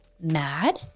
mad